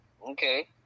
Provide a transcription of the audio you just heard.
okay